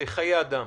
בחיי אדם